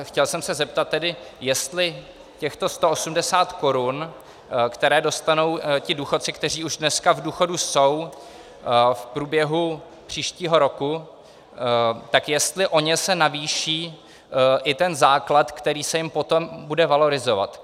Chtěl jsem se zeptat tedy, jestli těchto 180 korun, které dostanou důchodci, kteří už dneska v důchodu jsou, v průběhu příštího roku, tak jestli o ně se navýší i ten základ, který se jim potom bude valorizovat.